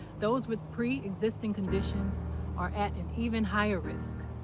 those with preexisting conditions are at an even higher risk.